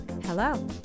Hello